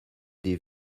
des